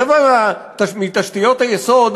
ברבע מתשתיות היסוד,